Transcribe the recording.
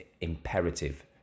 imperative